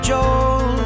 Joel